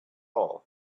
all